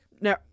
No